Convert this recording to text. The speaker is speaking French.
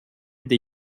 des